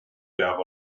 peab